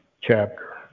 chapter